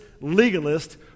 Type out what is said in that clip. legalist